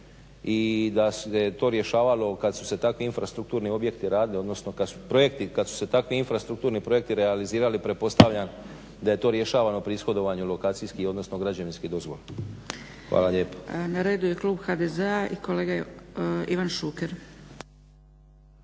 kad su projekti, i kad su se takvi infrastrukturni projekti realizirali, pretpostavljam da je to rješavano pri ishodovanju lokacijskih, odnosno građevinskih dozvola. Hvala lijepo. **Zgrebec, Dragica (SDP)** Na redu je klub HDZ-a, i kolega Ivan Šuker.